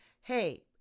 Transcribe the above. Hey